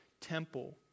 temple